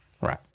Right